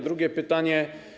Drugie pytanie.